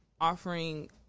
offering